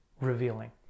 revealing